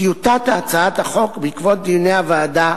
טיוטת הצעת החוק בעקבות דיוני הוועדה